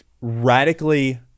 radically